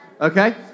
okay